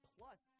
Plus